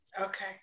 Okay